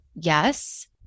yes